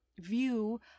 view